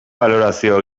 balorazio